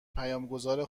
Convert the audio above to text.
پیامگذاری